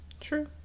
True